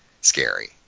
scary